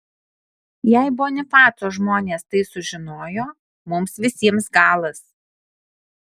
jei bonifaco žmonės tai sužinojo mums visiems galas